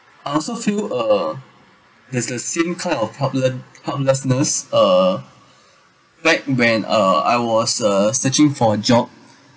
I also feel uh there's the same kind of helpl~ helplessness uh back when uh I was uh searching for a job